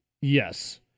Yes